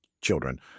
children